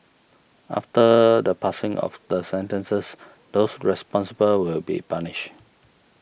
after the passing of the sentences those responsible will be punished